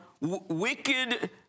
wicked